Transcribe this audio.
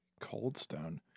Coldstone